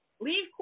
Leave